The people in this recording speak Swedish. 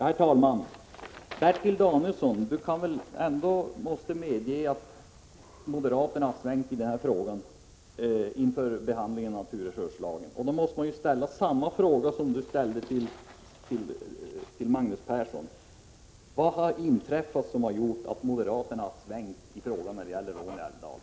Herr talman! Bertil Danielsson måste väl ändå medge att moderaterna har svängt i den här frågan inför behandlingen av naturresurslagen. Då måste man ställa samma fråga till er som Bertil Danielsson ställde till Magnus Persson: Vad har inträffat som har gjort att moderaterna har svängt i frågan om Råne älvdal?